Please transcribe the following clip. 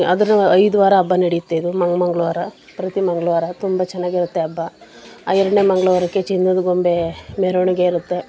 ಅದ್ರ ಐದು ವಾರ ಹಬ್ಬ ನಡೆಯುತ್ತೆ ಇದು ಮಂಗ ಮಂಗಳವಾರ ಪ್ರತಿ ಮಂಗಳವಾರ ತುಂಬ ಚೆನ್ನಾಗಿರುತ್ತೆ ಹಬ್ಬ ಆ ಎರಡನೇ ಮಂಗಳವಾರಕ್ಕೆ ಚಿನ್ನದ ಗೊಂಬೆ ಮೆರವಣಿಗೆ ಇರುತ್ತೆ